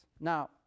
Now